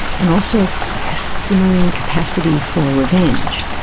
and also of a simmering capacity for revenge.